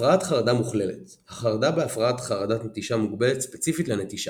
הפרעת חרדה מוכללת החרדה בהפרעת חרדת נטישה מוגבלת ספציפית לנטישה.